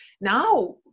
now